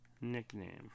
Nickname